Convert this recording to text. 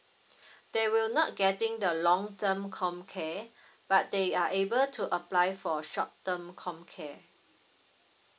they will not getting the long term comcare but they are able to apply for short term comcare